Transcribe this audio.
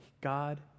God